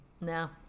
No